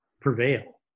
prevail